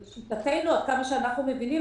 לשיטתנו, עד כמה שאנחנו מבינים,